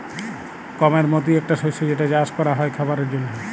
গমের মতি একটা শস্য যেটা চাস ক্যরা হ্যয় খাবারের জন্হে